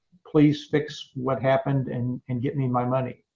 please fix what happened and and get me my money.